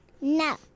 No